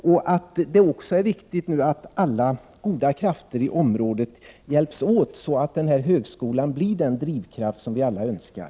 Vi tycker också att det är viktigt att alla goda krafter i området hjälps åt, så att högskolan blir den drivkraft för utvecklingen som vi alla önskar.